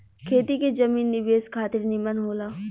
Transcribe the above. खेती के जमीन निवेश खातिर निमन होला